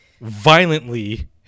violently